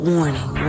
Warning